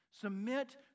Submit